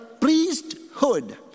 priesthood